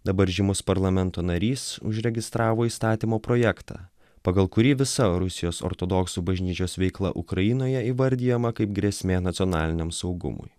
dabar žymus parlamento narys užregistravo įstatymo projektą pagal kurį visa rusijos ortodoksų bažnyčios veikla ukrainoje įvardijama kaip grėsmė nacionaliniam saugumui